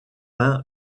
pain